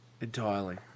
entirely